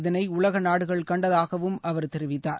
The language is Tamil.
இதனைஉலகநாடுகள் கண்டதாகவும் அவர் தெரிவித்தார்